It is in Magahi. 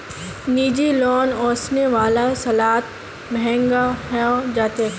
निजी लोन ओसने वाला सालत महंगा हैं जातोक